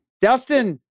Dustin